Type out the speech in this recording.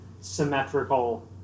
symmetrical